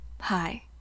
Hi